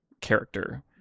character